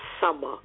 summer